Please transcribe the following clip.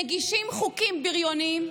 מגישים חוקים בריוניים,